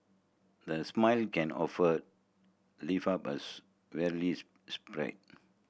the smile can offer lift up a weary spirit